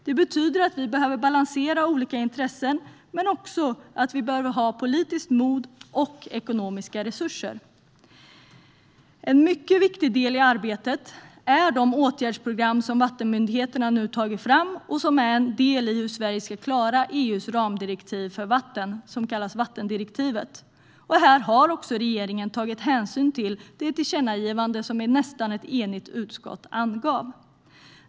Det betyder att vi behöver balansera olika intressen men också behöver ha politiskt mod och ekonomiska resurser. En mycket viktig del i arbetet är de åtgärdsprogram som vattenmyndigheterna nu tagit fram och som är en del i hur Sverige ska klara EU:s ramdirektiv för vatten, som kallas vattendirektivet. Här har regeringen tagit hänsyn till det tillkännagivande som ett nästan enigt utskott avgav.